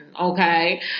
okay